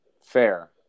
Fair